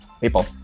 people